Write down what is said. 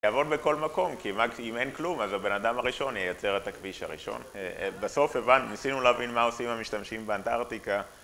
יעבוד בכל מקום, כי אם אין כלום, אז הבן אדם הראשון יייצר את הכביש הראשון. בסוף הבנו, ניסינו להבין מה עושים המשתמשים באנטרטיקה.